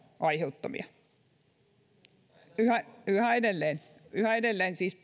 aiheuttamia yhä edelleen yhä edelleen siis